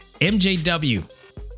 mjw